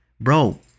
bro